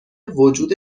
وجود